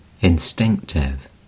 instinctive